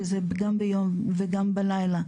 שזה גם ביום וגם בלילה,